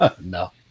No